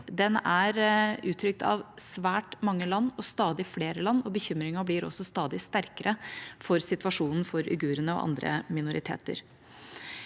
Den er uttrykt av svært mange land, og stadig flere land, og bekymringen blir også stadig sterkere for situasjonen for uigurene og andre minoriteter.